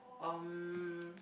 um